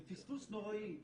זה פספוס נוראי.